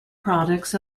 products